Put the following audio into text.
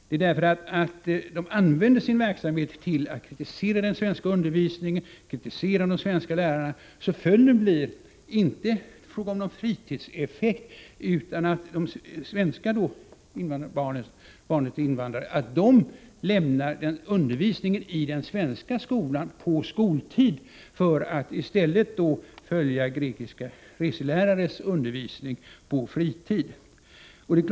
De använder sin verksamhet till att kritisera den svenska undervisningen och svenska lärare. Det är inte fråga om någon fritidseffekt, utan det är fråga om att de svenska barnen till invandrare underlåter att delta i den undervisning i den svenska skolan som sker på skoltid, för att i stället följa grekiska reselärares undervisning på fritid.